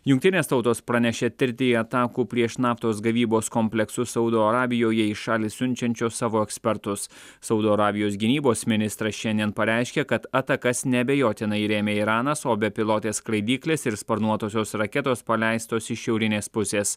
jungtinės tautos pranešė tirti į atakų prieš naftos gavybos kompleksus saudo arabijoje į šalį siunčiančios savo ekspertus saudo arabijos gynybos ministras šiandien pareiškė kad atakas neabejotinai rėmė iranas o bepilotės skraidyklės ir sparnuotosios raketos paleistos iš šiaurinės pusės